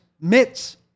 mitts